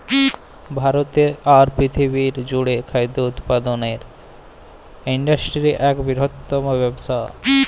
ভারতেরলে আর পিরথিবিরলে জ্যুড়ে খাদ্য উৎপাদলের ইন্ডাসটিরি ইকট বিরহত্তম ব্যবসা